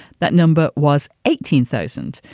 that number was eighteen thousand.